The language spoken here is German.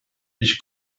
ich